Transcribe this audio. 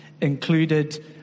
included